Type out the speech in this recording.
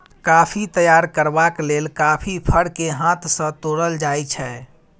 coffee तैयार करबाक लेल कॉफी फर केँ हाथ सँ तोरल जाइ छै